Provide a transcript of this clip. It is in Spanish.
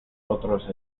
otros